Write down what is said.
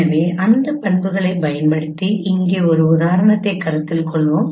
எனவே அந்த பண்புகளைப் பயன்படுத்தி இங்கே ஒரு உதாரணத்தைக் கருத்தில் கொள்வோம்